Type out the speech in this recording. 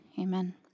Amen